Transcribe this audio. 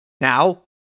Now